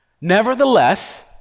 Nevertheless